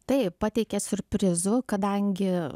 taip pateikė siurprizų kadangi